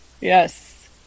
Yes